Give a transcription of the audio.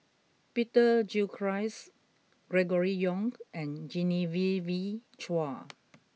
Peter Gilchrist Gregory Yong and Genevieve Chua